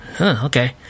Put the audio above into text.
Okay